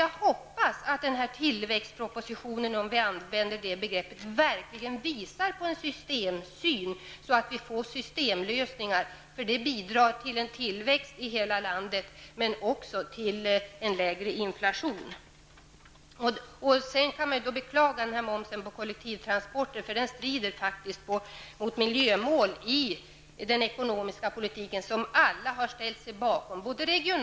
Jag hoppas att tillväxtpropositionen -- om vi använder det begreppet -- verkligen visar på en systemsyn så att vi får systemlösningar som bidrar till en tillväxt i hela landet och också till en lägre inflation. Vi beklagar momsen på kollektivtransporter. Den strider faktiskt mot miljömål i den ekonomiska politiken vilka alla har ställt sig bakom.